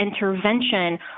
intervention